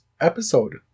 episode